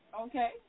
Okay